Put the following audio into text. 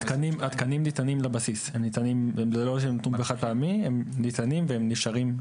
התקנים ניתנים לבסיס והם נשארים.